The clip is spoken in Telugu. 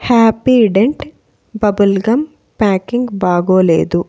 హ్యాపీడెంట్ బబుల్ గమ్ ప్యాకింగ్ బాగోలేదు